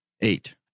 eight